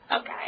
Okay